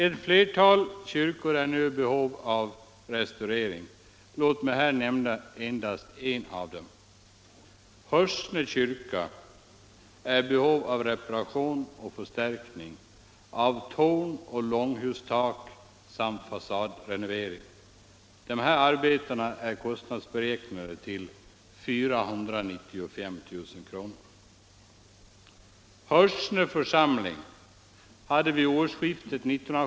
Ett flertal kyrkor är nu i behov av restaurering. Låt mig här nämna endast en av dessa. Hörsne kyrka är i behov av reparation och förstärkning av torn och långhustak samt fasadrenovering. Dessa arbeten är kostnadsberäknade till 495 000 kr.